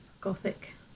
gothic